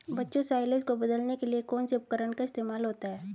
बच्चों साइलेज को बदलने के लिए कौन से उपकरण का इस्तेमाल होता है?